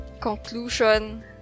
conclusion